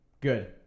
Good